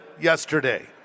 yesterday